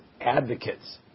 advocates